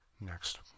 next